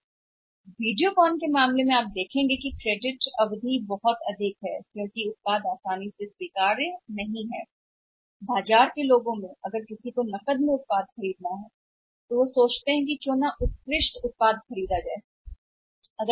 वीडियोकॉन के मामले में आप वीडियोकॉन के मामले में पाएंगे कि हम पाते हैं कि क्रेडिट अवधि बहुत अधिक है क्योंकि उनकी संख्या बहुत अधिक है बाजार में लोगों को उत्पाद आसानी से स्वीकार्य नहीं है अगर किसी को उत्पाद खरीदना है नकद क्यों नहीं उत्कृष्ट उत्पाद खरीदने के लिए